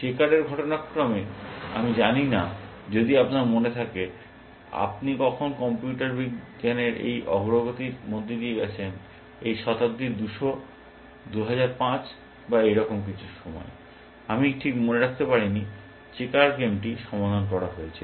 চেকারের ঘটনাক্রমে আমি জানি না যদি আপনার মনে থাকে আপনি কখন কম্পিউটার বিজ্ঞানের এই অগ্রগতির মধ্য দিয়ে গেছেন এই শতাব্দীর 2005 বা এইরকম কিছু সময়ে আমি ঠিক মনে রাখিনি চেকার গেমটি সমাধান করা হয়েছিল